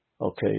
okay